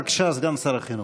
בבקשה, סגן שר החינוך.